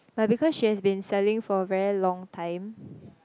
but because she has been selling for a very long time